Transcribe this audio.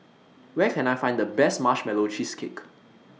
Where Can I Find The Best Marshmallow Cheesecake